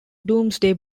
domesday